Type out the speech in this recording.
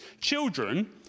children